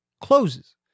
closes